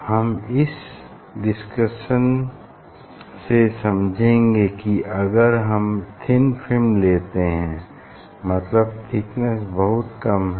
हम इस डिस्कशन से समझेंगे कि अगर हम थिन फिल्म लेते हैं मतलब थिकनेस बहुत कम है